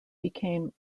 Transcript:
became